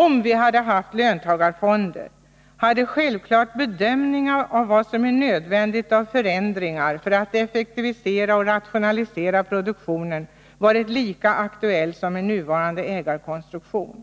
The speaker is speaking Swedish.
Om vi hade haft löntagarfonder, hade självfallet bedömningen av vad som är nödvändigt av förändringar för att effektivisera och rationalisera produktionen varit lika aktuell som med nuvarande ägarkonstruktion.